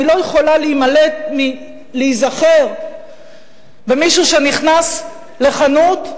אני לא יכולה להימלט מלהיזכר במישהו שנכנס לחנות,